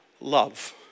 love